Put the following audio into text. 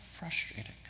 Frustrating